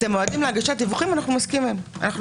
המועדים להגשת דיווחים אנחנו מסכימים לזה.